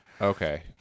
Okay